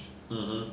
(uh huh)